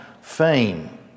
fame